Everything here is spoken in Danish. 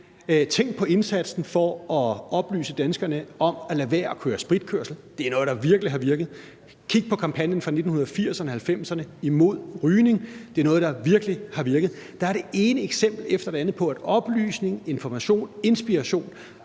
Tænk på indsatsen for at oplyse danskerne om at lade være at køre spritkørsel; det er noget, der virkelig har virket. Kig på kampagnen fra 1980'erne og 1990'erne imod rygning; det er noget, der virkelig har virket. Der er det ene eksempel efter det andet på, at oplysning, information og inspiration